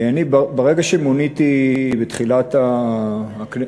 אני, ברגע שמוניתי בתחילת, עמר,